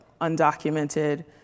undocumented